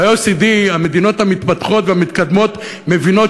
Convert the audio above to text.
ב-OECD המדינות המתפתחות והמתקדמות מבינות